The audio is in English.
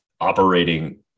operating